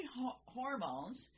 hormones